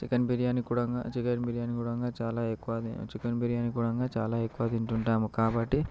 chicken biryani కూడంగా chicken biryani కూడంగా చాలా ఎక్కువ చికెన్ బిర్యానీ కూడంగా చాలా ఎక్కువ తింటుంటాం కాబట్టి